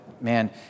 Man